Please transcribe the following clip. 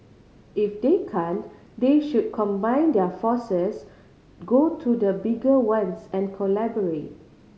if they can't they should combine their forces go to the bigger ones and collaborate